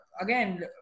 again